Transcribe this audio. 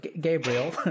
Gabriel